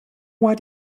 why